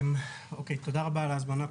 תודה רבה על ההזמנה.